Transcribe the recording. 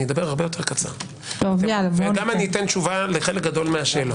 אדבר הרבה יותר קצר וגם אשיב לחלק גדול מהשאלות.